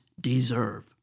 deserve